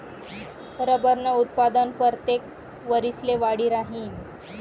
रबरनं उत्पादन परतेक वरिसले वाढी राहीनं